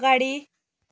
अगाडि